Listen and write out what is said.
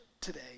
today